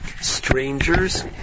strangers